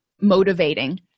motivating